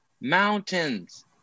mountains